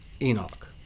Enoch